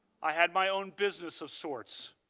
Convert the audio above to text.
i had my own business of sorts.